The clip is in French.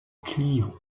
clio